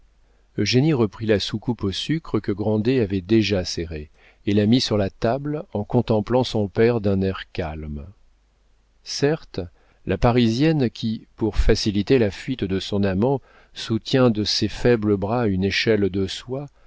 s'adoucira eugénie reprit la soucoupe au sucre que grandet avait déjà serrée et la mit sur la table en contemplant son père d'un air calme certes la parisienne qui pour faciliter la fuite de son amant soutient de ses faibles bras une échelle de soie